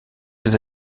ses